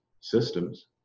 systems